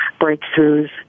breakthroughs